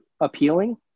appealing